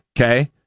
Okay